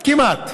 כמעט.